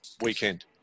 Weekend